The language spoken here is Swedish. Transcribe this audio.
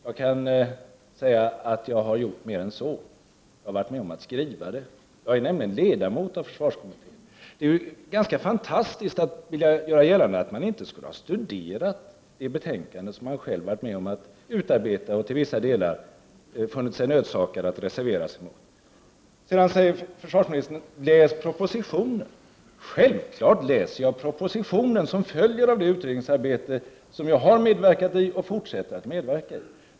Jag kan säga att jag har gjort mer än så. Jag har varit med om att skriva betänkandet. Jag är nämligen ledamot av försvarskommittén. Det är fantastiskt att vilja göra gällande att man inte skulle ha studerat det betänkande som man själv har varit med om att utarbeta och till vissa delar funnit sig nödsakad att reservera sig emot. Försvarsministern säger sedan att jag skall läsa propositionen. Självfallet läser jag den proposition som följer av det utredningsarbete som jag har medverkat i och fortsätter att medverka i.